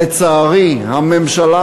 לצערי, הממשלה,